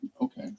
Okay